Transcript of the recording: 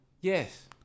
Yes